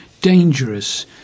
dangerous